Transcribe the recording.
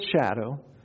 shadow